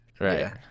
Right